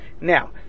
Now